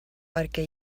perquè